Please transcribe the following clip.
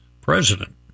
president